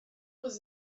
was